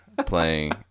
playing